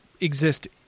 exist